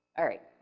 alright.